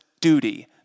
duty